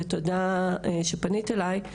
ותודה לך אמילי שפנית אליי,